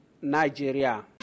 Nigeria